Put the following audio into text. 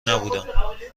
نبودم